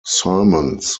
sermons